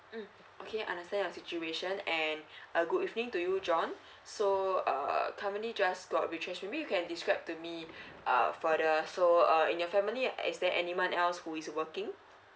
um okay I understand your situation and a good evening to you john so uh company just got we change maybe you can describe to me uh for the so uh in your family uh is there anyone else who is working